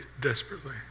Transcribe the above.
desperately